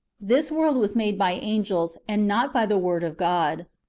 this world was made by angels, and not by the word of god.